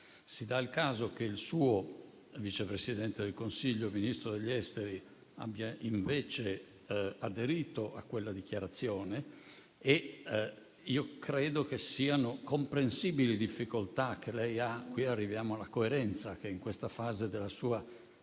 Si dà il caso che il suo Vice Presidente del Consiglio e Ministro degli affari esteri abbia, invece, aderito a quella dichiarazione e io credo che siano comprensibili le difficoltà che lei ha. Arriviamo così alla coerenza che, in questa fase della sua